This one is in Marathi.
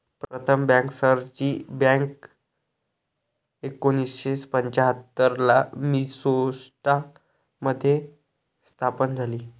प्रथम बँकर्सची बँक एकोणीसशे पंच्याहत्तर ला मिन्सोटा मध्ये स्थापन झाली